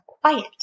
quiet